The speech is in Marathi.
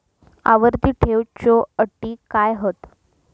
आवर्ती ठेव च्यो अटी काय हत?